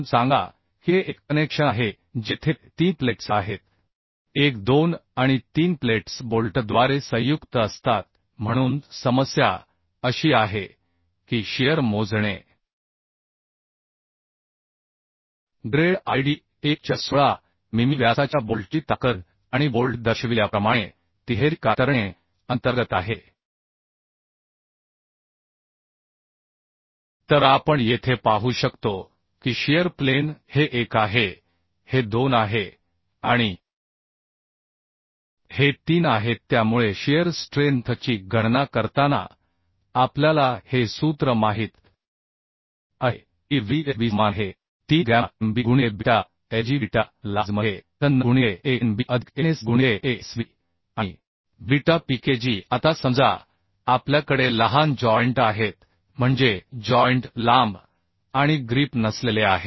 बोल्टच्या कातरणे शक्तीचे उदाहरण म्हणून सांगा की हे एक कनेक्शन आहे जेथे तीन प्लेट्स आहेत एक दोन आणि तीन प्लेट्स बोल्टद्वारे संयुक्त असतात म्हणून समस्या अशी आहे की कातरणे मोजणे ग्रेड आयडी1 च्या 16 मिमी व्यासाच्या बोल्टची ताकद आणि बोल्ट दर्शविल्याप्रमाणे तिहेरी कातरणे अंतर्गत आहे तर आपण येथे पाहू शकतो की शिअर प्लेन हे एक आहे हे दोन आहे आणि हे तीन आहेत त्यामुळे शिअर स्ट्रेंथ ची गणना करताना आपल्याला हे सूत्र माहित आहे की Vdsb समान आहे 3 गॅमा mb गुणिले बीटा lg बीटा lj मध्ये nn गुणिले Anb अधिक ns गुणिले Asb आणि बीटा pkg आता समजा आपल्याकडे लहान जॉइंट आहेत म्हणजे जॉइंट लांब आणि ग्रीप नसलेले आहेत